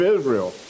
Israel